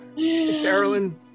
carolyn